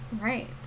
Right